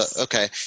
okay